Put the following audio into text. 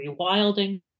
rewilding